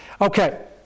Okay